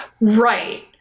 Right